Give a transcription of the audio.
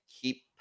keep